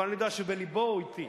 אבל אני יודע שבלבו הוא אתי,